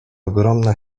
ogromna